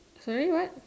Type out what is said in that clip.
sorry what